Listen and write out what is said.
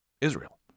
Israel